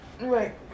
Right